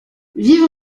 vive